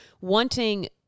wanting